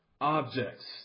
objects